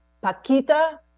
Paquita